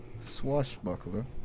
swashbuckler